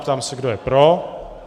Ptám se, kdo je pro.